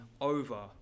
over